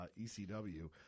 ecw